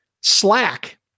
Slack